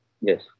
Yes